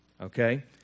okay